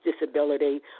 disability